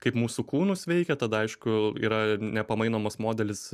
kaip mūsų kūnus veikia tada aišku yra nepamainomas modelis